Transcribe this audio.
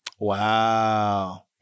Wow